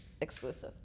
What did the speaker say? Exclusive